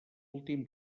últim